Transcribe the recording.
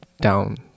down